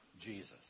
Jesus